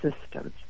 systems